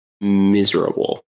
miserable